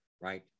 right